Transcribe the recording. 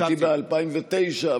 הייתי ב-2009,